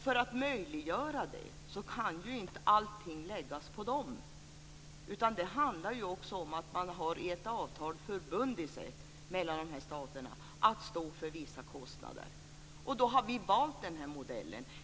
För att möjliggöra detta kan inte allting läggas på dessa trafikanter, utan det handlar också om att man genom ett avtal har förbundit sig att stå för vissa kostnader, och då har vi valt den här modellen.